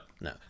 No